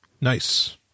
Nice